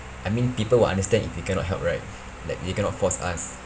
I mean people will understand if we cannot help right like they cannot force us